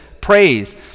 praise